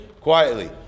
quietly